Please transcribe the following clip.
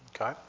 Okay